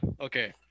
Okay